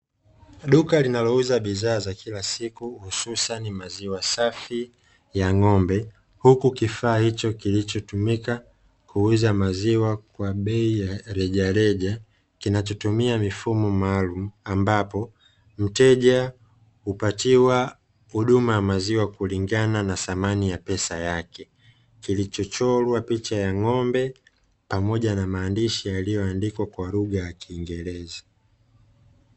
Duka linalouza bidhaa za kila siku hususani maziwa safi ya ng'ombe, huku kifaa hicho kilichotumika kuuza maziwa kwa bei ya rejareja kinachotumia mifumo maalumu ambapo mteja hupatiwa huduma ya maziwa kulingana na thamani ya pesa yake, kilichochorwa picha ya ng'ombe pamoja na maandishi yaliyoandikwa kwa lugha ya kiingereza.